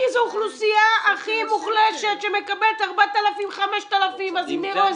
כי זו אוכלוסייה הכי מוחלשת שמקבל 5,000-4,000 --- עם זה אני מסכים,